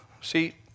See